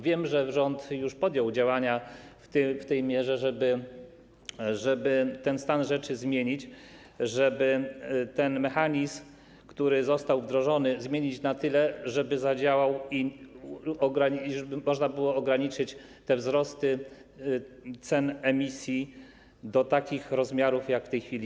Wiem, że rząd już podjął działania w tej mierze, żeby ten stan rzeczy zmienić, żeby ten mechanizm, który został wdrożony, zmienić na tyle, żeby zadziałał i żeby można było ograniczyć te wzrosty cen emisji do takich rozmiarów, jakie są w tej chwili.